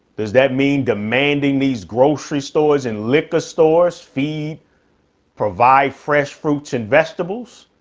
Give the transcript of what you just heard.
does that mean demanding these grocery stores and liquor stores feed provide fresh fruits and vegetables?